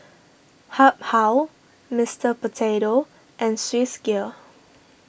Habhal Mister Potato and Swissgear